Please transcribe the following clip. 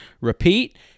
repeat